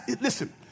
listen